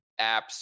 apps